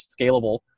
scalable